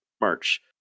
March